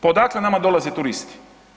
Pa odakle nama dolaze turisti?